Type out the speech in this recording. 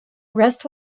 rest